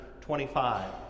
25